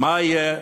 מה יהיה.